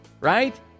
right